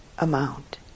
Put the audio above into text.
amount